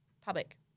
public